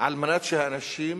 על מנת שהאנשים